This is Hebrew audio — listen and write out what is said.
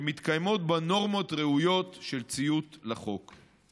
שמתקיימות בה נורמות ראויות של ציות לחוק.